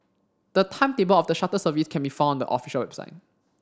the timetable of the shuttle service can be found on the official website